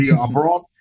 abroad